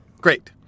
Great